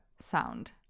sound